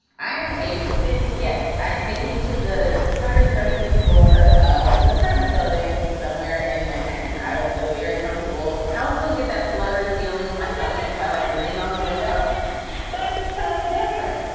i am a city. yes, i take me to the one hundred and thirty fifth floor of an apartment building somewhere in manhattan. i will feel very comfortable and i'll still get that fluttery feeling in my stomach if i like and rain on the window. different, yeah but it's totally different.